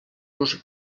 los